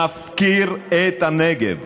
מפקירה את הנגב.